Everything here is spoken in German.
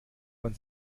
man